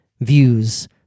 views